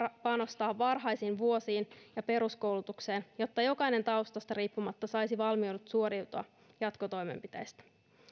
panostaa varhaisiin vuosiin ja peruskoulutukseen jotta jokainen taustasta riippumatta saisi valmiudet suoriutua jatkotoimenpiteistä